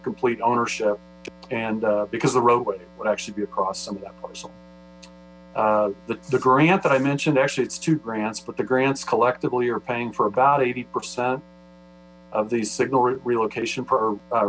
own complete ownership and because the roadway would actually be across some of that the grant that i mentioned actually it's two grants but the grants collectively are paying for about eighty percent of these signal relocation for